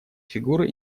фигуры